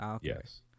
yes